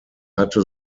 hatte